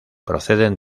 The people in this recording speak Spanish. proceden